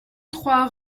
trois